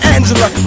Angela